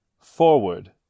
Forward